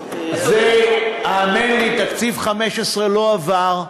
זה, האמן לי, תקציב 15' לא עבר,